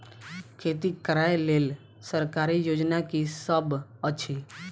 खेती करै लेल सरकारी योजना की सब अछि?